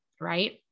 Right